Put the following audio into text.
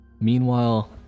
Meanwhile